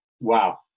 Wow